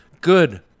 Good